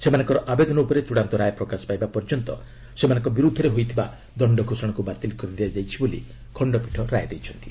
ସେମାନଙ୍କ ଆବେଦନ ଉପରେ ଚୃଡ଼ାନ୍ତ ରାୟ ପ୍ରକାଶ ପାଇବା ପର୍ଯ୍ୟନ୍ତ ସେମାନଙ୍କ ବିର୍ଦ୍ଧରେ ହୋଇଥିବା ଦଶ୍ଡ ସୋଷଣାକୃ ବାତିଲ୍ କରିଦିଆଯାଇଛି ବୋଲି ଖଣ୍ଡପୀଠ ରାୟ ଦେଇଛନ୍ତି